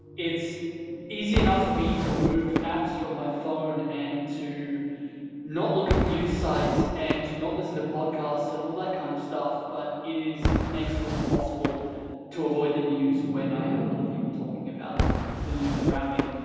it's easy enough for ah me to remove apps from my phone, and to not look at news sites, and to not listen to podcasts, and all that kind of stuff, but it is next to impossible to avoid the news when i have other people talking about the news around me.